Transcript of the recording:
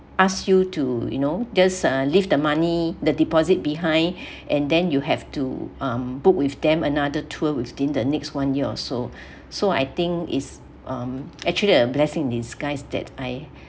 ask you to you know just uh leave the money the deposit behind and then you have to um book with them another tour within the next one year or so so I think is actually um a blessing disguise that I